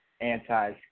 Anti